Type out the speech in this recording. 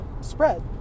spread